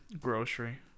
Grocery